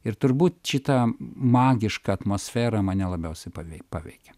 ir turbūt šita magiška atmosfera mane labiausiai pavei paveikia